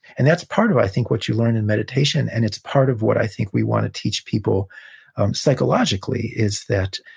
and that's part of, i think, what you learn in meditation. and it's part of what i think we want to teach people psychologically, is that,